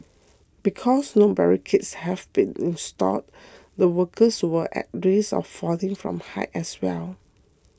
because no barricades had been installed the workers were at risk of falling from height as well